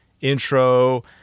intro